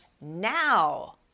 now